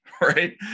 right